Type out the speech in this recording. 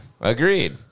agreed